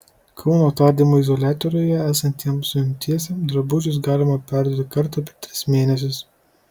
kauno tardymo izoliatoriuje esantiem suimtiesiem drabužius galima perduoti kartą per tris mėnesius